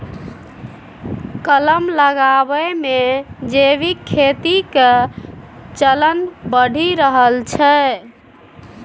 कलम लगाबै मे जैविक खेती के चलन बढ़ि रहल छै